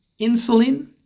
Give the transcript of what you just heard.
insulin